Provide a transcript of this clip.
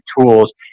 tools